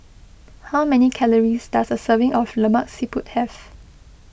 how many calories does a serving of Lemak Siput have